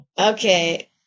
Okay